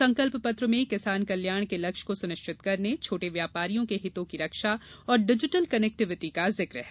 संकल्प पत्र में किसान कल्याण के लक्ष्य को सुनिश्चित करने छोटे व्यापारियों के हितों की रक्षा डिजिटल कनेक्टिविटी का जिक है